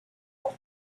for